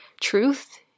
truth